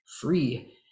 free